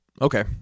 okay